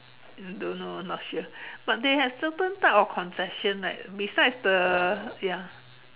I don't know not sure but they have certain type of concession eh beside the ya